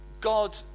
God